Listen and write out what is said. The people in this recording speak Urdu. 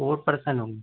فور پرسن ہوں گے